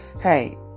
hey